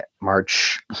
march